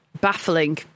baffling